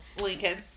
Lincoln